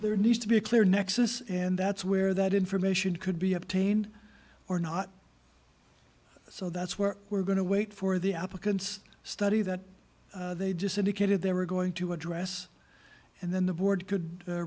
there needs to be a clear nexus and that's where that information could be obtained or not so that's where we're going to wait for the applicant's study that they just indicated they were going to address and then the board could